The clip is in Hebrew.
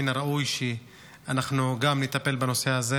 מן הראוי שאנחנו גם נטפל בנושא הזה